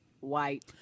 White